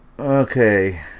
Okay